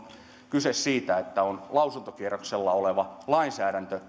kyse siitä että on lausuntokierroksella oleva lainsäädäntö